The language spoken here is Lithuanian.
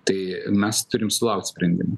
tai mes turim sulaukt sprendimų